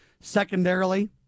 Secondarily